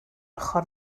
ochr